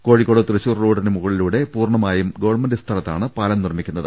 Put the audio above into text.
കോഴിക്കോട് തൃശൂർ റോഡിന് മുകളിലൂടെ പൂർണമായും ഗവൺമെന്റ് സ്ഥല ത്താണ് പാലം നിർമിക്കുന്നത്